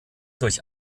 durch